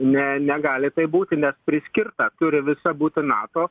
ne negali tai būti nes priskirta turi visa būti nato